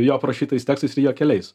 jo aprašytais tekstais ir jo keliais